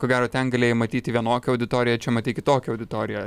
ko gero ten galėjai matyti vienokią auditoriją čia matei kitokią auditoriją